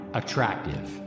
attractive